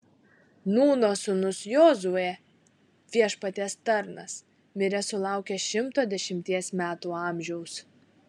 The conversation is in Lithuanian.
nūno sūnus jozuė viešpaties tarnas mirė sulaukęs šimto dešimties metų amžiaus